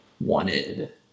wanted